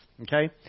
Okay